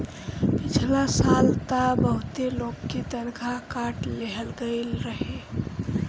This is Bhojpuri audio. पिछला साल तअ बहुते लोग के तनखा काट लेहल गईल रहे